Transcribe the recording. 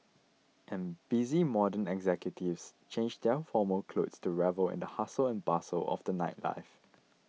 and busy modern executives change their formal clothes to revel in the hustle and bustle of the nightlife